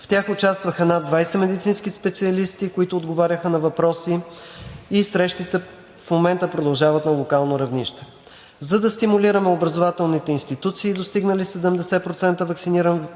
В тях участваха над 20 медицински специалисти, които отговаряха на въпроси, и срещите в момента продължават на локално равнище. За да стимулираме образователните институции, достигнали 70% ваксиниран персонал,